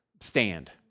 stand